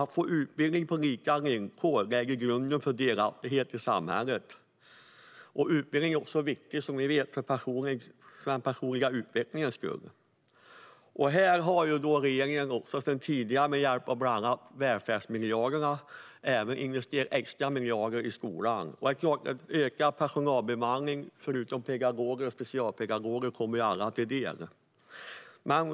Att få utbildning på lika villkor lägger grunden för delaktighet i samhället. Utbildning är som ni vet också viktigt för den personliga utvecklingens skull. Här har regeringen har sedan tidigare, med hjälp av bland annat välfärdsmiljarderna, investerat extra miljarder i skolan. Det är klart att ökad personalbemanning utöver pedagoger och specialpedagoger kommer alla till del.